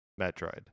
Metroid